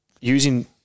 using